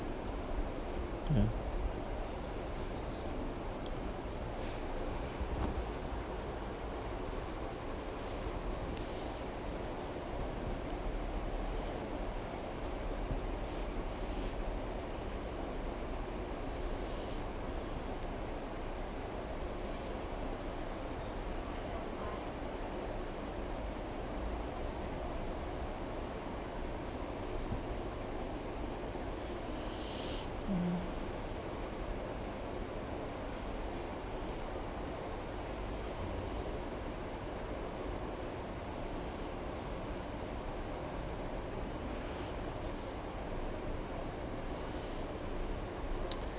yeah